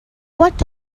what